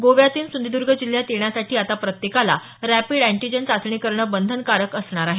गोव्यातून सिंधुदुर्ग जिल्ह्यात येण्यासाठी आता प्रत्येकाला रॅपिड अँटिजेन चाचणी करण बंधनकारक असणार आहे